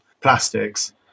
plastics